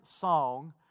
song